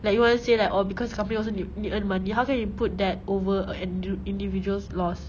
like you want to say that oh because company also need t~ need to earn money how can you put that over a an in~ individual's loss